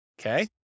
Okay